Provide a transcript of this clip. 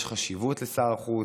יש חשיבות לשר החוץ.